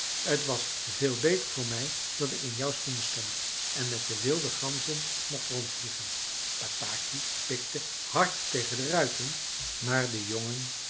t was veel beter voor mij dat ik in jouw schoenen stond en met de wilde ganzen mocht rondvliegen bataki pikte hard tegen de ruiten maar de jongen